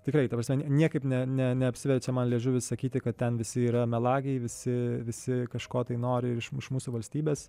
tikrai ta prasme niekaip ne ne neapsiverčia liežuvis sakyt kad ten visi yra melagiai visi visi kažko tai nori iš mūsų valstybes